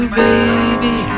baby